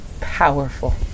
powerful